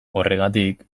horregatik